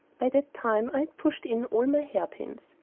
by that time i had pushed in all my hairpins.